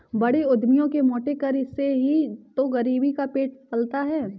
बड़े उद्यमियों के मोटे कर से ही तो गरीब का पेट पलता है